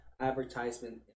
advertisement